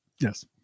Yes